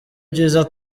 byiza